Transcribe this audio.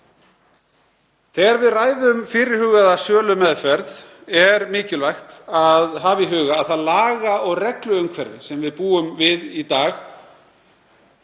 Þegar við ræðum um fyrirhugaða sölumeðferð er mikilvægt að hafa í huga að það laga- og regluumhverfi sem við búum við í dag